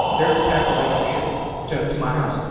there's a pack that i got shipped to to my house.